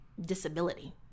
disability